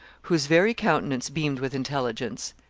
whose very countenance beamed with intelligence.